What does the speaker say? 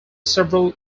several